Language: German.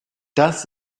das